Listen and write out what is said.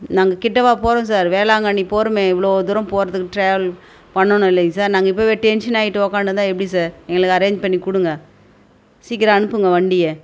நாங்கள் கிட்டவா போகிறோம் சார் வேளாங்கண்ணி போகிறோமே இவ்வளோ தூரம் போறதுக்கு ட்ராவல் பண்ணணும் இல்லைங்க சார் நாங்கள் இப்போவே டென்ஷன் ஆகிட்டு ஒக்கானுருந்தா எப்படி சார் எங்களுக்கு அரேஞ்ச் பண்ணிக் கொடுங்க சீக்கிரம் அனுப்புங்க வண்டியை